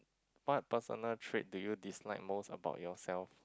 what personal trait do you dislike most about yourself